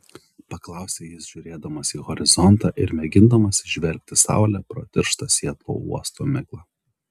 paklausė jis žiūrėdamas į horizontą ir mėgindamas įžvelgti saulę pro tirštą sietlo uosto miglą